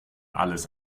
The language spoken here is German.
alles